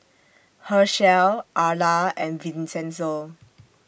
Hershell Arla and Vincenzo